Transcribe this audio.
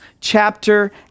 chapter